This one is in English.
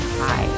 hi